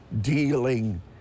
dealing